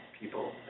people